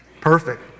perfect